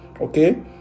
Okay